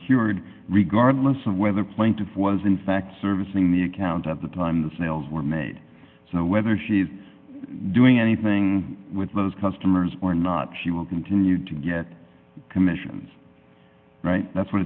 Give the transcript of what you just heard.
procured regardless of whether plaintiff was in fact servicing the account at the time the sales were made so whether she's doing anything with those customers or not she will continue to get commissions that's what